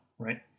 Right